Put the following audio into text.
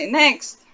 next